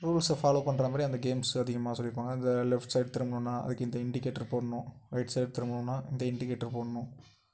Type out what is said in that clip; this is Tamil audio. ரூல்ஸ்ஸை ஃபாலோ பண்ணுற மாதிரி அந்த கேம்ஸ் அதிகமாக சொல்லிருப்பாங்கள் அந்த லெஃப்ட் சைட் திரும்பணுன்னா அதுக்கு இந்த இண்டிகேட்டர் போடணும் ரைட் சைட் திரும்பணுன்னா இந்த இண்டிகேட்டர் போடணும்